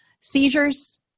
Seizures